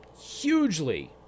hugely